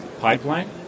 pipeline